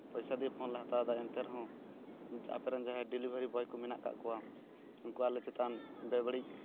ᱯᱚᱭᱥᱟ ᱫᱤᱭᱮ ᱯᱷᱳᱱᱞᱮ ᱦᱟᱛᱟᱣ ᱮᱫᱟ ᱮᱱᱛᱮ ᱨᱚᱦᱚᱸ ᱟᱯᱮ ᱨᱮᱱ ᱡᱟᱦᱟᱸᱭ ᱰᱮᱞᱤᱵᱷᱟᱨᱤ ᱵᱚᱭ ᱠᱚ ᱢᱮᱱᱟᱜ ᱟᱠᱟᱫ ᱠᱚᱣᱟ ᱩᱱᱠᱩ ᱟᱞᱮ ᱪᱮᱛᱟᱱ ᱵᱮᱼᱵᱟᱹᱲᱤᱡ